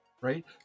right